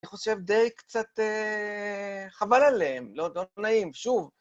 אני חושב די קצת חבל עליהם, לא נעים, שוב.